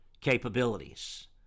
capabilities